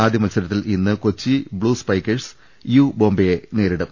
ആദ്യ മത്സരത്തിൽ ഇന്ന് കൊച്ചി ബ്ലൂ സ്പൈക്കേഴ്സ് യൂ മുംബൈയെ നേരിടും